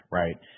right